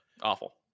Awful